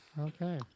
Okay